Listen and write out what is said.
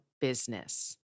business